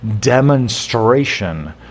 demonstration